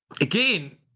Again